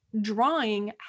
drawing